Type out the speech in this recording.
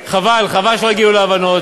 חבל, חבל שלא הגיעו להבנות.